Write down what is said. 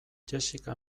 jessica